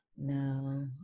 No